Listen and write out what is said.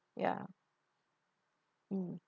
ya mm